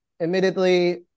admittedly